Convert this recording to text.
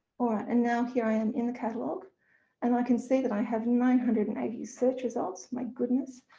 alright and now here i am in the catalogue and i can see that i have nine hundred and eighty search results. my goodness,